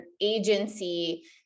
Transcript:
agency